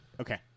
okay